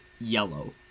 yellow